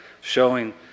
showing